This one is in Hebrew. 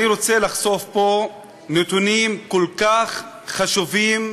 אני רוצה לחשוף פה נתונים כל כך חשובים,